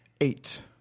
eight